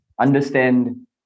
understand